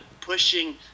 pushing